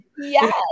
Yes